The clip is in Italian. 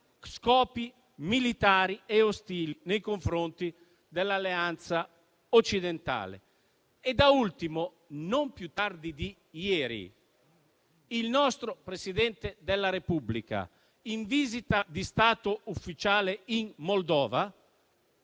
scopi militari e ostili nei confronti dell'alleanza occidentale. Da ultimo, non più tardi di ieri il nostro Presidente della Repubblica, in visita di Stato ufficiale in Moldova